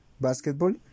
Basketball